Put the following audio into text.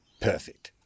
perfect